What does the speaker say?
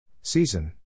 Season